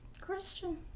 Christian